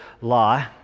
law